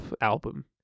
album